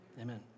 Amen